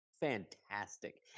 fantastic